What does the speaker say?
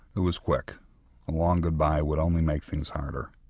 it was quick, a long goodbye would only make things harder.